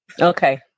okay